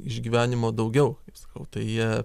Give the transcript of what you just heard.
iš gyvenimo daugiau sau tai jie